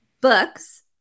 books